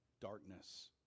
darkness